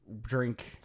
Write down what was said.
drink